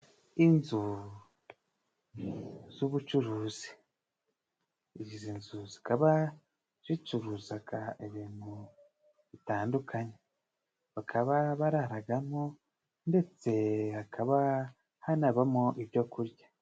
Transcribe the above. Inzu z'ubucuruzi izi nzu zikaba zicuruzaga ibintu bitandukanye, bakaba bararagamo ndetse hakaba hanabamo ibyo kurya.